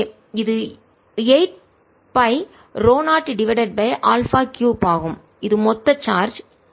எனவே இது 8 pi ρ0 divided by alpha cube ஆகும் இது மொத்த சார்ஜ்